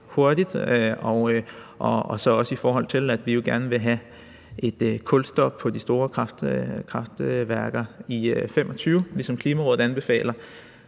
hurtigt, og så også i forhold til at vi gerne vil have et kulstop på de store kraftværker i 2025, ligesom Klimarådet anbefaler.